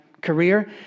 career